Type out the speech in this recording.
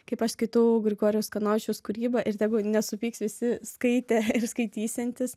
kaip aš skaitau grigorijaus kanovičiaus kūrybą ir tegu nesupyks visi skaitę ir skaitysiantys